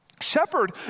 shepherd